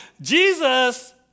Jesus